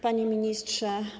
Panie Ministrze!